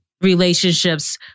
relationships